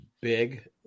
big